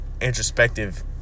introspective